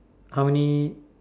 how many